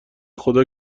خدا